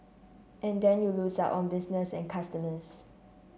and then you lose out on business and customers